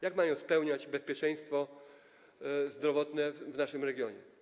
Jak mają zapewnić bezpieczeństwo zdrowotne w naszym regionie?